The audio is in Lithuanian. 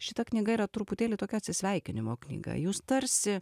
šita knyga yra truputėlį tokio atsisveikinimo knygą jūs tarsi